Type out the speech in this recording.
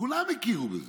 כולם הכירו בזה.